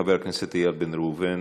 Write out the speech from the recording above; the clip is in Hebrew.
חבר הכנסת איל בן ראובן,